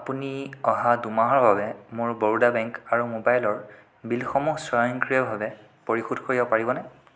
আপুনি অহা দুমাহৰ বাবে মোৰ বৰোদা বেংক আৰু মোবাইলৰ বিলসমূহ স্বয়ংক্ৰিয়ভাৱে পৰিশোধ কৰিব পাৰিবনে